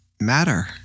matter